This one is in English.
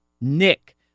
Nick